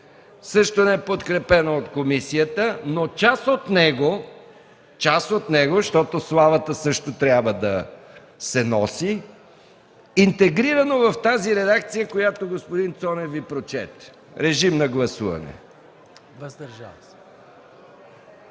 също неподкрепено от комисията, но част от него, защото славата също трябва да се носи, интегрирано в тази редакция, която господин Цонев Ви прочете. Режим на гласуване! Гласували